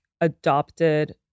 adopted